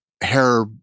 hair